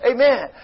Amen